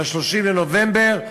ב-30 בנובמבר,